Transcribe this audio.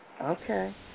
Okay